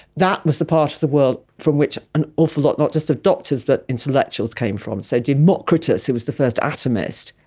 that was the part of the world from which an awful lot, not just doctors but intellectuals came from. so democritus, who was the first atomist,